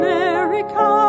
America